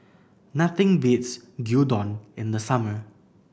nothing beats having Gyudon in the summer